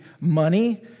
money